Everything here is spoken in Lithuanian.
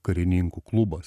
karininkų klubas